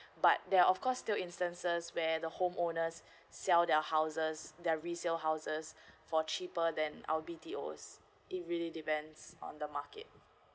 but there are of course still instances where the home owners sell their houses their resale houses for cheaper than our B_T_O's it really depends on the market